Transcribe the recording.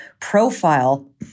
profile